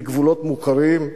בגבולות מוכרים,